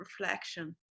reflection